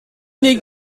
need